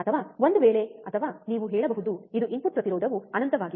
ಅಥವಾ ಒಂದು ವೇಳೆ ಅಥವಾ ನೀವು ಹೇಳಬಹುದು ಅದು ಇನ್ಪುಟ್ ಪ್ರತಿರೋಧವು ಅನಂತವಾಗಿದೆ